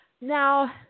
now